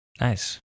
nice